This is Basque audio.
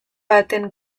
baten